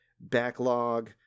backlog